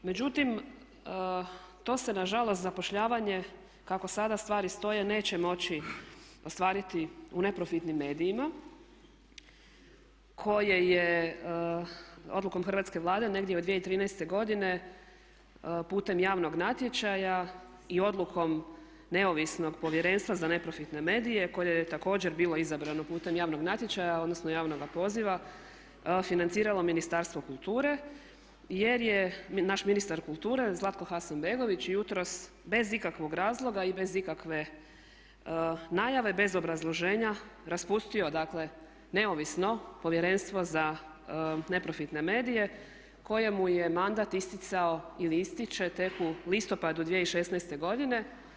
Međutim, to se nažalost zapošljavanje kako sada stvari stoje neće moći ostvariti u neprofitnim medijima koje je odlukom hrvatske Vlade negdje od 2013. godine putem javnog natječaja i odlukom neovisnog povjerenstva za neprofitne medije koje je također bilo izabrano putem javnog natječaja, odnosno javnoga poziva financiralo Ministarstvo kulture jer je naš ministar kulture Zlatko Hasanbegović jutros bez ikakvog razloga i bez ikakve najave, bez obrazloženja, raspustio dakle neovisno povjerenstvo za neprofitne medije kojemu je mandat isticao ili ističe tek u listopadu 2016. godine.